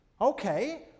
Okay